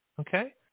Okay